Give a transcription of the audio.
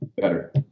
Better